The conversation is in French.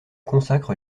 consacre